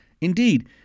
Indeed